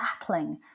battling